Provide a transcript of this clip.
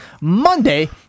Monday